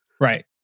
Right